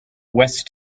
west